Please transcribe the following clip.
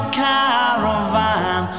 caravan